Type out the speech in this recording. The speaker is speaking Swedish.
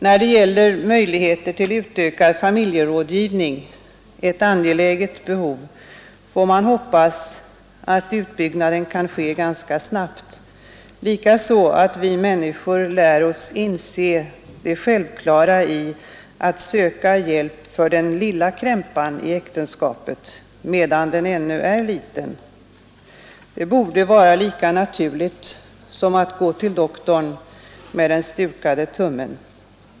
När det gäller möjligheter till utökad familjerådgivning — ett angeläget behov — får man hoppas att utbyggnaden kan ske ganska snabbt, likaså att vi människor lär oss inse det självklara i att söka hjälp för den lilla krämpan i äktenskapet, medan den ännu är liten. Det borde vara lika naturligt som att gå till doktorn med en stukad tumme.